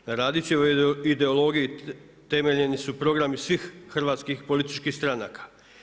Na Radićevoj ideologiji temeljeni su programi svih hrvatskih političkih stranaka.